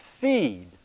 feed